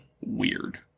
Weird